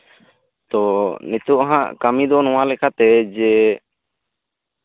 ᱱᱤᱛᱚᱜ ᱦᱟᱜ ᱠᱟᱹᱢᱤ ᱫᱚ ᱱᱚᱣᱟ ᱞᱮᱠᱛᱮ ᱡᱮ